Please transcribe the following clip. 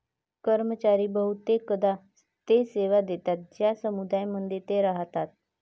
कर्मचारी बहुतेकदा ते सेवा देतात ज्या समुदायांमध्ये ते राहतात